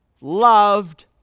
loved